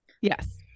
Yes